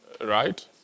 Right